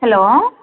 hello